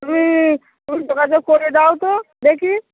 তুমি তুমি যোগাযোগ করে দাও তো দেখি